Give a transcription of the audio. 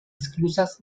esclusas